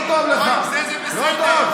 זה בסדר,